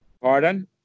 Pardon